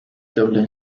dublin